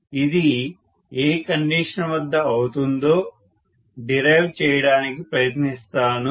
ఇది ఏ కండీషన్ వద్ద అవుతుందో డిరైవ్ చేయడానికి ప్రయత్నిస్తాను